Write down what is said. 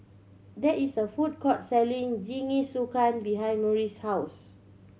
there is a food court selling Jingisukan behind Murry's house